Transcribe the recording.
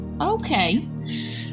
Okay